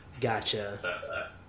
Gotcha